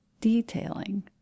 detailing